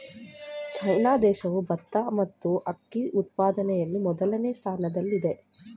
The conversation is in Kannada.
ಚೀನಾ ದೇಶವು ಭತ್ತ ಮತ್ತು ಅಕ್ಕಿ ಉತ್ಪಾದನೆಯಲ್ಲಿ ಮೊದಲನೇ ಸ್ಥಾನದಲ್ಲಿದೆ